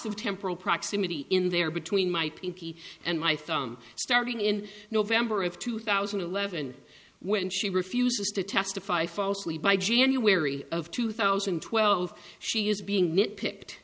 of temporal proximity in there between my pinky and my thumb starting in november of two thousand and eleven when she refuses to testify falsely by january of two thousand and twelve she is being nitpicked